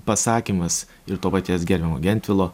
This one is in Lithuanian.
pasakymas ir to paties gerbiamo gentvilo